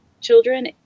children